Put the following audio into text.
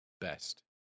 Best